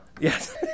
Yes